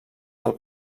del